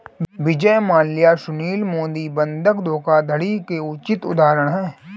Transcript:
विजय माल्या सुशील मोदी बंधक धोखाधड़ी के उचित उदाहरण है